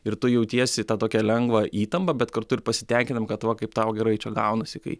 ir tu jautiesi tą tokią lengvą įtampą bet kartu ir pasitenkinimą kad va kaip tau gerai čia gaunasi kai